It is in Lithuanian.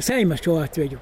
seimas šiuo atveju